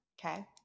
Okay